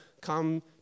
come